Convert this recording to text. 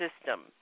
system